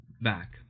back